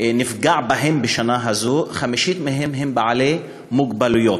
נפגעו בשנה הזאת, וחמישית מהם הם עם מוגבלות.